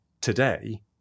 today